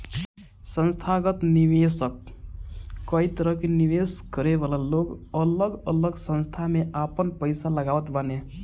संथागत निवेशक कई तरह के निवेश करे वाला लोग अलग अलग संस्था में आपन पईसा लगावत बाने